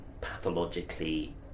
pathologically